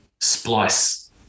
splice